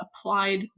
Applied